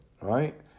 right